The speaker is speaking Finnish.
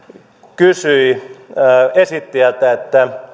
kysyi esittäjältä